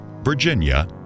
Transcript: Virginia